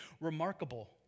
remarkable